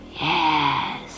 Yes